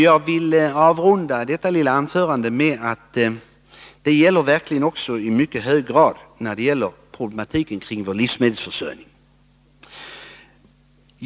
Jag vill avrunda detta lilla anförande med att säga att detta i mycket hög grad gäller i fråga om problematiken kring vår livsmedelsförsörjning.